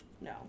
No